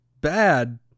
bad